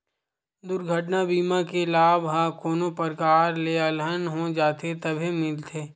दुरघटना बीमा के लाभ ह कोनो परकार ले अलहन हो जाथे तभे मिलथे